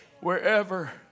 wherever